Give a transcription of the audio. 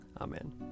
Amen